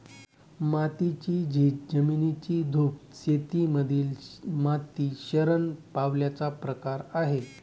मातीची झीज, जमिनीची धूप शेती मधील माती शरण पावल्याचा प्रकार आहे